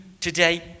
today